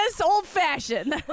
old-fashioned